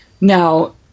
Now